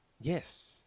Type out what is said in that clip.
Yes